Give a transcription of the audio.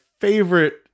favorite